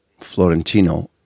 Florentino